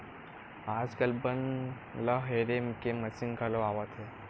आजकाल बन ल हेरे के मसीन घलो आवत हे